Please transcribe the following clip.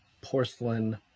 porcelain